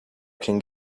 can